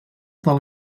del